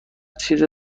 چیز